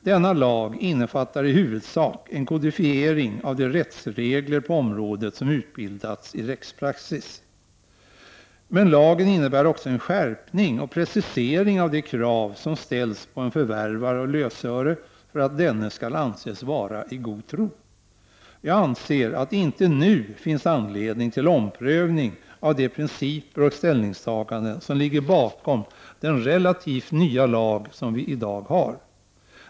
Denna lag innefattar i huvudsak en kodifiering av de rättsregler på området som utbildats i rättspraxis. Lagen innebär emellertid också en skärpning och precisering av de krav som ställs på en förvärvare av lösöre för att denne skall anses vara i god tro. Jag anser att det nu inte finns anledning till omprövning av de principer och ställningstaganden som ligger bakom den relativt nya lag som vi har i dag.